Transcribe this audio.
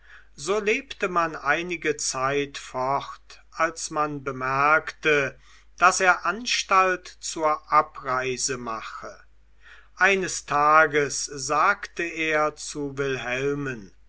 so lebte man einige zeit fort als man bemerkte daß er anstalt zur abreise mache eines tages sagte er zu wilhelmen